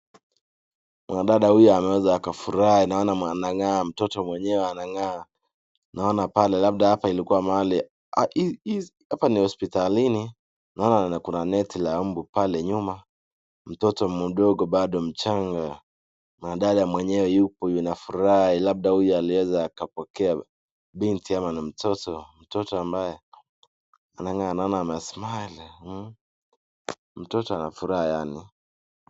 Mwanadada huyu ameweza kufurahi. Naona, mtoto mwenyewe anang'aa. Naona pale, labda hapa ilikuwa mahali, hapa ni hospitalini. Naona kuna neti la umbu pale nyuma. Mtoto mdogo bado mchanga. Mwanadada mwenyewe yupo, yu na furaha. Labda huyu aliweza akapokea binti ama ni mtoto. Mtoto ambaye anang'aa. Naona ame [smile]. Mtoto anafurahi yaani.